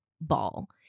ball